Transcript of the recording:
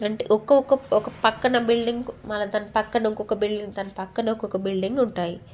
అంటే ఒక్కొక్క ఒక పక్కన బిల్డింగ్ మళ్ళీ దాని పక్కన ఇంకొక బిల్డింగ్ దాని పక్కన ఒక్కొక్క బిల్డింగ్ ఉంటాయి